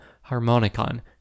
Harmonicon